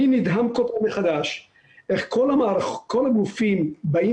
אני נדהם כל פעם מחדש איך כל הגופים באים